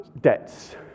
debts